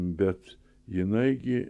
bet jinai gi